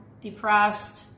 depressed